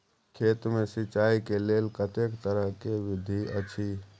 खेत मे सिंचाई के लेल कतेक तरह के विधी अछि?